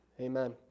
amen